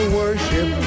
worship